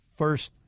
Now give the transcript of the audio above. First